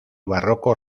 barroco